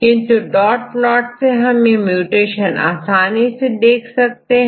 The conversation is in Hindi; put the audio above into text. किंतु डॉट प्लॉट से हम यह म्यूटेशन आसानी से देख सकते हैं